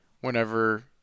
whenever